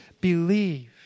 believe